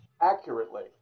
accurately